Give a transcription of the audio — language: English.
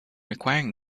requiring